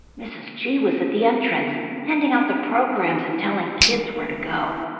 mrs. g was at the entrance, handing out the programs and telling kids where to go.